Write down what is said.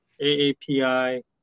AAPI